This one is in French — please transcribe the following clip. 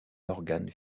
organe